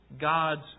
God's